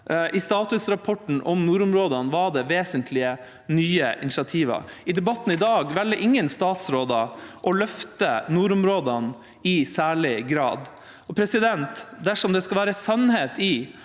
statusrapporten om nordområdene var det vesentlige nye initiativ. I debatten i dag velger ingen statsråder å løfte nordområdene i særlig grad. Dersom det skal være sannhet i